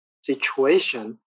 situation